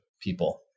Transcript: people